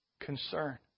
concern